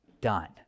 done